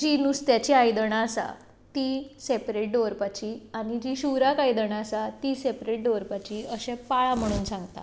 जी नुस्त्याची आयदनां आसा ती सेपरेट दवपरपाची आनी जी शिवराक आयदनां आसा ती सेपरेट दवरपाची अशें पाळा म्हणून सांगता